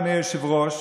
אדוני היושב-ראש,